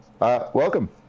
Welcome